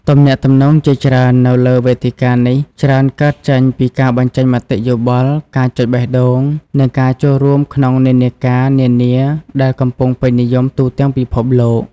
ទំនាក់ទំនងជាច្រើននៅលើវេទិកានេះច្រើនកើតចេញពីការបញ្ចេញមតិយោបល់ ការចុចបេះដូង និងការចូលរួមក្នុង និន្នាការ នានាដែលកំពុងពេញនិយមទូទាំងពិភពលោក។